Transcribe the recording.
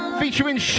featuring